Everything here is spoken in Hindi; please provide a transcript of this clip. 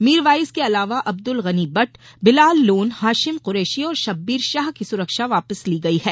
मीरवाइज के अलावा अब्दुल गनी भट्ट बिलाल लोन हाशिम कुरैशी और शब्बीर शाह की सुरक्षा वापस ले ली गयी है